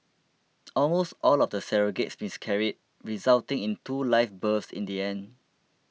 almost all of the surrogates miscarried resulting in two live births in the end